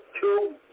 two